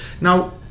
now